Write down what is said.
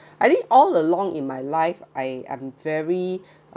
I think all along in my life I I'm very